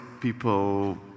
people